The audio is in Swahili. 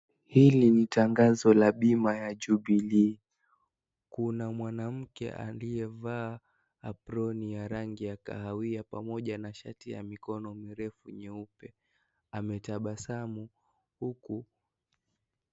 Hili ni tangazo la bima ya Jubilee . Kuna mwanamke aliyevaa aproni ya rangi ya kahawia pamoja na shati ya mikono mirefu nyeupe. Ametabasamu huku.